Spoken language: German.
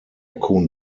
cohn